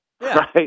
right